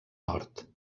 nord